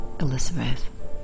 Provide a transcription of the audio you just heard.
Elizabeth